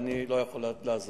אני לא יכול לעזור.